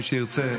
מי שירצה.